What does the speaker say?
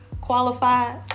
qualified